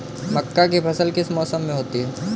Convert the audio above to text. मक्का की फसल किस मौसम में होती है?